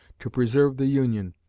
to preserve the union,